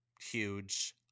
huge